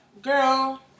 Girl